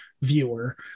viewer